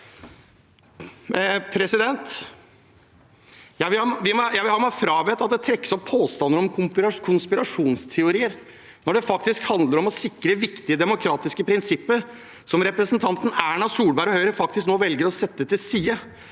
til. Jeg vil ha meg frabedt at det trekkes opp påstander om konspirasjonsteorier når det faktisk handler om å sikre viktige demokratiske prinsipper, som representanten Erna Solberg og Høyre faktisk nå velger å sette til side.